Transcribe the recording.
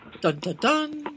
Dun-dun-dun